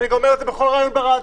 אני גם אומר את זה בכל ריאיון ברדיו.